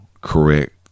correct